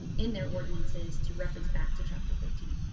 and in their ordinances to reference back to chapter thirteen.